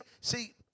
see